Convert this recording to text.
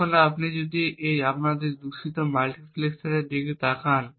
এখন আপনি যদি আমাদের দূষিত মাল্টিপ্লেক্সারের দিকে তাকান